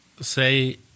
say